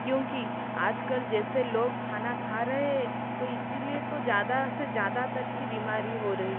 क्योंकि आज कल जैसे लोग खाना खा रहे है तो इसी लिए तो ज़्यादा से ज़्यादातर की बिमारी हो रही है